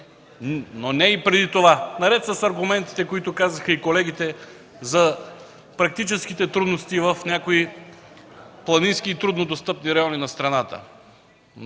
но не и преди това наред с аргументите, които дадоха и колегите за практическите трудности в някои планински и труднодостъпни райони на страната.